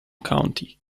county